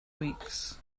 weeks